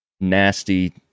nasty